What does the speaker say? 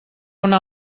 una